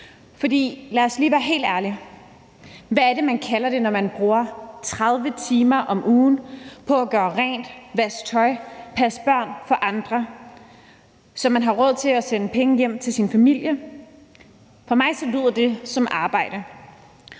For lad os lige være helt ærlige: Hvad er det, vi kalder det, når man bruger 30 timer om ugen på at gøre rent, vaske tøj og passe børn for andre, så man har råd til at sende penge hjem til sin familie? For mig lyder det som arbejde,